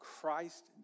Christ